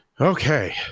Okay